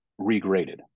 regraded